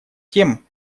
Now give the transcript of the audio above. тем